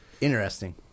interesting